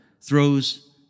throws